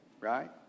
right